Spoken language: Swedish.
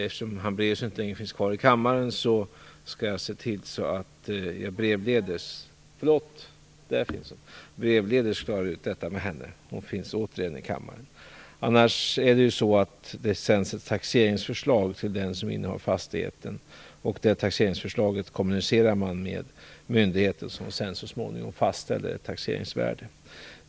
Ett taxeringsförslag sänds ju till den som innehar en fastighet. Om det taxeringsförslaget kommunicerar man med myndigheten, som så småningom fastställer taxeringsvärdet.